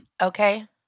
Okay